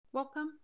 Welcome